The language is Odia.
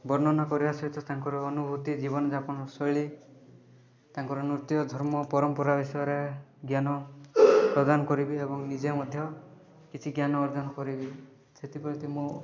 ବର୍ଣ୍ଣନା କରିବା ସହିତ ତାଙ୍କର ଅନୁଭୂତି ଜୀବନଯାପନ ଶୈଳୀ ତାଙ୍କର ନୃତ୍ୟ ଧର୍ମ ପରମ୍ପରା ବିଷୟରେ ଜ୍ଞାନ ପ୍ରଦାନ କରିବି ଏବଂ ନିଜେ ମଧ୍ୟ କିଛି ଜ୍ଞାନ ଅର୍ଜନ କରିବି ସେଥିପ୍ରତି ମୁଁ